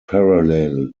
parallel